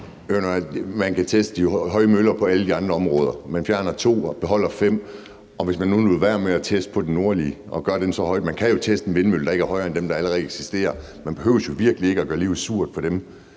Man kan teste de høje møller i alle de andre områder. Man fjerner to og beholder fem. Man kunne lade være med at teste den nordlige i forhold til at gøre den så høj. Man kan jo teste med en vindmølle, der ikke er højere end dem, der allerede eksisterer. Man behøver jo virkelig ikke at gøre livet surt for dem